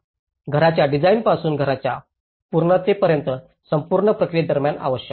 घराच्या डिझाईनपासून घराच्या पूर्णतेपर्यंत संपूर्ण प्रक्रियेदरम्यान आवश्यक